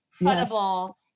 incredible